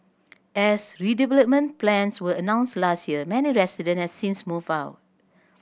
as redevelopment plans were announced last year many residents have since moved out